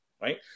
Right